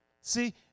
See